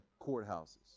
courthouses